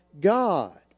God